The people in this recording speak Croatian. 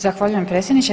Zahvaljujem predsjedniče.